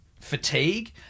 fatigue